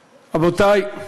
רבותי,